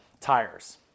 tires